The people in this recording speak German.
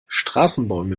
straßenbäume